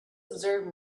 observe